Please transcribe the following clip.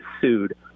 sued